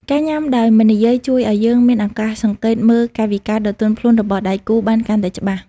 ការញ៉ាំដោយមិននិយាយ ជួយឱ្យយើងមានឱកាសសង្កេតមើលកាយវិការដ៏ទន់ភ្លន់របស់ដៃគូបានកាន់តែច្បាស់។